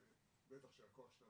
ובטח שהכוח של הממשלה,